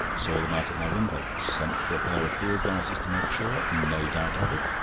saw them out of my window. sent for a pair of field-glasses to make sure. no doubt of it.